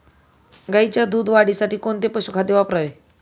गाईच्या दूध वाढीसाठी कोणते पशुखाद्य वापरावे?